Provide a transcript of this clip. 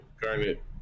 Garnet